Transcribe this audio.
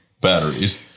batteries